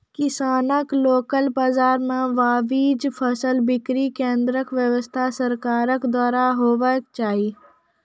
किसानक लोकल बाजार मे वाजिब फसलक बिक्री केन्द्रक व्यवस्था सरकारक द्वारा हेवाक चाही?